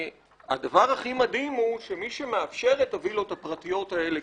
הדבר הכי מדהים הוא שמי שמאפשר את הוילות הפרטיות הללו,